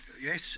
yes